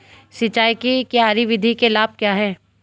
सिंचाई की क्यारी विधि के लाभ क्या हैं?